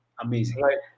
Amazing